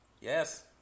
yes